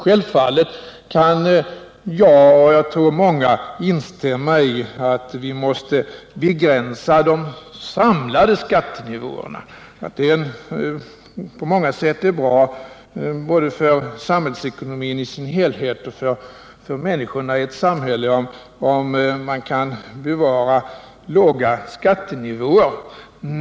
Självfallet kan jag, och jag tror många andra, instämma i att vi måste begränsa de samlade skatterna och att det på många sätt är bra för både samhällsekonomin i dess helhet och för människorna i ett samhälle, om man kan bevara måttfulla skattenivåer.